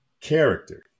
character